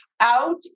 out